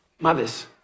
Mothers